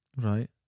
Right